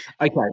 Okay